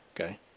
okay